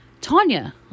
Tanya